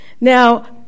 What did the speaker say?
Now